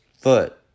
foot